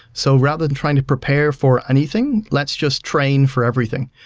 so rather and trying to prepare for anything, let's just train for everything.